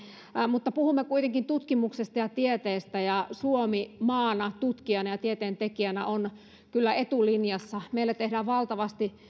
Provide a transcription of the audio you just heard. mutta puhumme kuitenkin tutkimuksesta ja tieteestä ja suomi maana tutkijana ja tieteentekijänä on kyllä etulinjassa meillä tehdään valtavasti